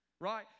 right